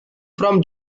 from